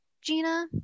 Gina